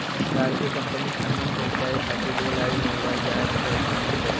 cargo company सामान पहुंचाये खातिर रेल आउर हवाई जहाज क इस्तेमाल करलन